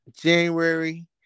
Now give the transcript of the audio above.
January